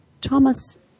Thomas